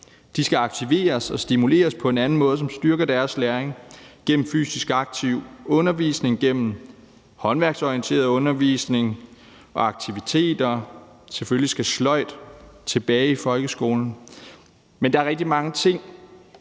De skal aktiveres og stimuleres på en anden måde, som styrker deres læring, gennem fysisk aktiv undervisning, håndværksorienteret undervisning og aktiviteter. Selvfølgelig skal sløjd tilbage i folkeskolen. Men der er rigtig mange ting,